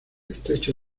estrecho